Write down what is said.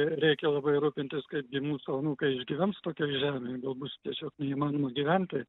reikia labai rūpintis kaip gi mūsų anūkai išgyvens tokioj žemėj gal bus tiesiog neįmanoma gyventi